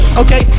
okay